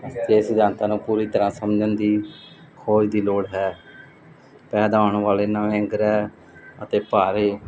ਅਤੇ ਸਿਧਾਂਤਾਂ ਨੂੰ ਪੂਰੀ ਤਰ੍ਹਾਂ ਸਮਝਣ ਦੀ ਖੋਜ ਦੀ ਲੋੜ ਹੈ ਪੈਦਾ ਹੋਣ ਵਾਲੇ ਨਵੇਂ ਗ੍ਰਹਿ ਅਤੇ ਭਾਰੇ